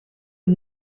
een